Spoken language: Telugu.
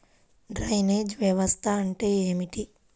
డ్రైనేజ్ వ్యవస్థ అంటే ఏమిటి?